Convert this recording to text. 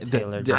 Taylor